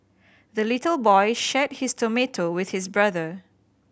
the little boy shared his tomato with his brother